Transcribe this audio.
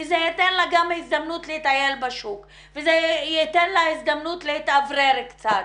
כי זה ייתן לה גם הזדמנות לטייל בשוק וזה ייתן לה הזדמנות להתאוורר קצת